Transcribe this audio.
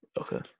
Okay